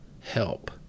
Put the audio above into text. help